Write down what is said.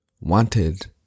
wanted